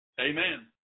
Amen